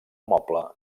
moble